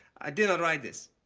i did not write this,